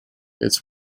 its